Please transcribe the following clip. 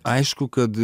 aišku kad